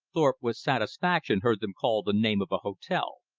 thorpe with satisfaction heard them call the name of a hotel.